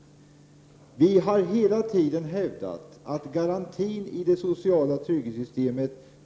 Vi har hela tiden hävdat att samhället måste stå för garantin i det sociala trygghetssystemet.